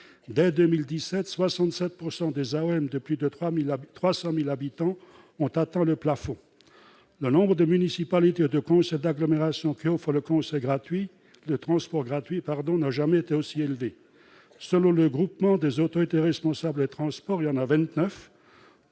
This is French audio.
Dès 2017, 67 % des AOM de plus de 300 000 habitants ont atteint le plafond. Le nombre de municipalités ou de conseils d'agglomération qui offrent le transport gratuit n'a jamais été aussi élevé. Selon le groupement des autorités responsables des transports, elles sont